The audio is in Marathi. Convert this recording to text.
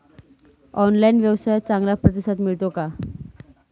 ऑनलाइन व्यवसायात चांगला प्रतिसाद मिळतो का?